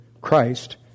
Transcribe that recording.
Christ